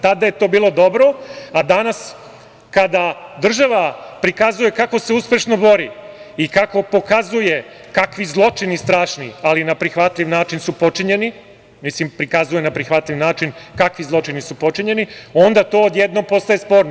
Tada je to bilo dobro, a danas kada država prikazuje kako se uspešno bori i kako pokazuje kakvi strašni zločini, ali na prihvatljiv način, su počinjeni, mislim prikazuje na prihvatljiv način kakvi zločini su počinjeni, onda to odjednom postaje sporno.